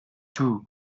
too